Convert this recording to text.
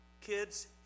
kids